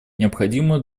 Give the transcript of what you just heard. необходимую